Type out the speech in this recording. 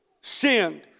sinned